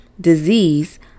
disease